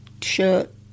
shirt